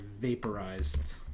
vaporized